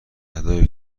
ادای